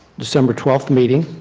december twelve meeting.